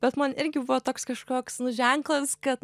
bet man irgi buvo toks kažkoks ženklas kad